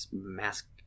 mask